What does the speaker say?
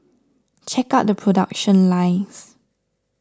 check out the production lines